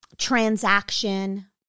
Transaction